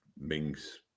Mings